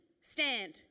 stand